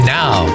now